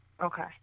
Okay